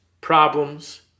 problems